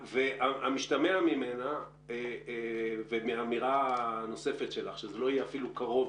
והמשתמע ממנה ומהאמירה הנוספת שלך שזה לא יהיה אפילו קרוב